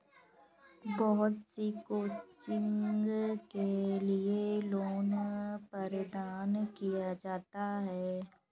बहुत सी कोचिंग के लिये लोन प्रदान किया जाता है